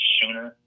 sooner